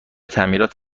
تعمیرات